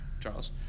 Charles